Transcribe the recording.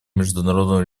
международного